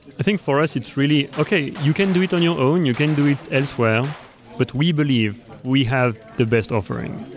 i think for us it's really, okay, you can do it on your own. you can do it elsewhere, but we believe we have the best offering.